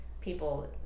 people